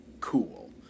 cool